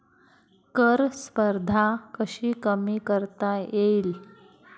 कर स्पर्धा कशी कमी करता येईल?